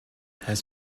has